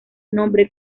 nombre